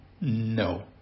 No